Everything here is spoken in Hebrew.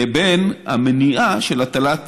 לבין מניעת הטלת